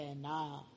nah